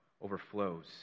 overflows